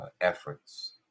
efforts